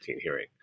hearing